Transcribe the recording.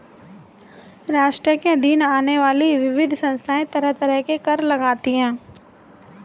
राष्ट्र के अधीन आने वाली विविध संस्थाएँ तरह तरह के कर लगातीं हैं